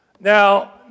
Now